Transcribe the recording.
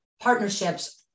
partnerships